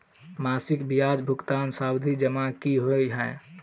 मासिक ब्याज भुगतान सावधि जमा की होइ है?